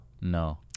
No